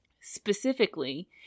Specifically